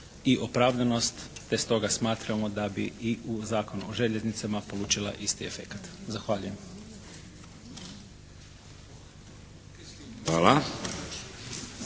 i opravdanost te stoga smatramo da bi i u Zakonu o željeznicama polučila isti efekat. Zahvaljujem.